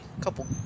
couple